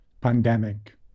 pandemic